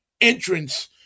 entrance